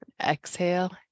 Exhale